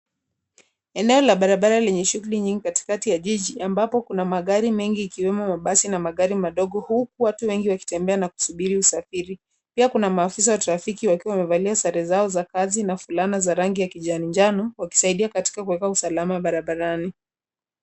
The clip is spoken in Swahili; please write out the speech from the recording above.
Eneo la barabara lenye shughuli nyingi katikati ya jiji, ambapo kuna magari mengi ikiwemo mabasi na magari madogo, huku watu wengi wakitembea na kusubiri usafiri. Pia kuna maafisa wa trafiki wakiwa wamevalia sare zao za kazi na fulana za rangi ya kijani njano, wakisaidia katika kuweka usalama barabarani.